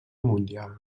mundial